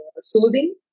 Soothing